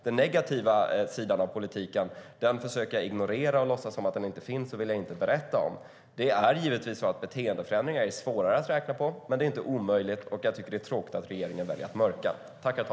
Den negativa sidan av politiken försöker jag ignorera, låtsas som att den inte finns och vill inte berätta om. Beteendeförändringar är givetvis svåra att beräkna, men det är inte omöjligt. Jag tycker att det är tråkigt att regeringen väljer att mörka.